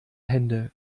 hände